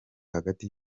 hagati